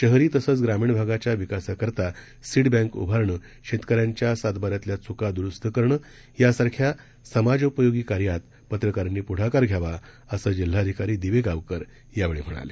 शहरी तसंच ग्रामीण भागाच्या विकासासाठी सीड बँक उभारणं शेतकऱ्यांच्या सातबाऱ्यातील चुका दुरुस्त करणं यासारख्या समाजोपयोगी कार्यात पत्रकारांनी पुढाकार घ्यावा असं जिल्हाधिकारी दिवेगावकर यावेळी म्हणाले